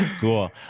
cool